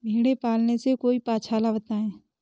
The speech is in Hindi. भेड़े पालने से कोई पक्षाला बताएं?